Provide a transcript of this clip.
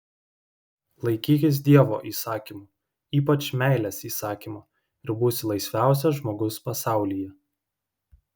laikykis dievo įsakymų ypač meilės įsakymo ir būsi laisviausias žmogus pasaulyje